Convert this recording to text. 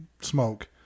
smoke